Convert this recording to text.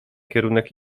kierunek